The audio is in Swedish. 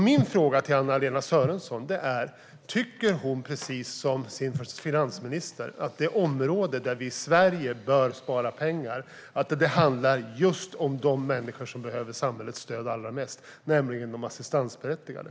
Min fråga till Anna-Lena Sörenson är: Tycker du, precis som din finansminister, att det område där vi i Sverige bör spara pengar handlar just om de människor som behöver samhällets stöd allra mest, nämligen de assistansberättigade?